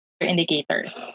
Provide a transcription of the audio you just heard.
indicators